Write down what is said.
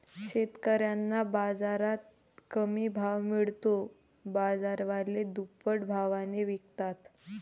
शेतकऱ्यांना बाजारात कमी भाव मिळतो, बाजारवाले दुप्पट भावाने विकतात